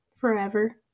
forever